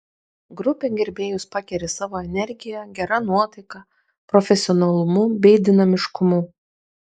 grupė gerbėjus pakeri savo energija gera nuotaika profesionalumu bei dinamiškumu